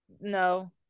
No